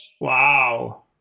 Wow